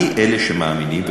אני מאלה שמאמינים,